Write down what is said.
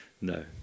No